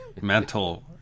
mental